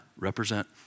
represent